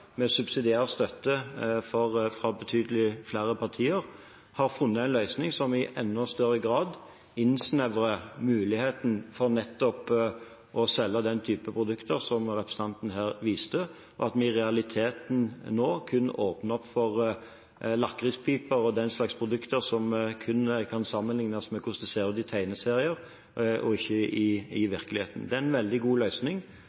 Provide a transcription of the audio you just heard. med subsidiær støtte fra betydelig flere partier, har funnet en løsning som i enda større grad innsnevrer muligheten for nettopp å selge den type produkter som representanten her viste fram, og at vi i realiteten nå kun åpner for lakrispiper og den slags produkter som kun kan sammenliknes med hvordan de ser ut i tegneserier, ikke i virkeligheten. Det er en veldig god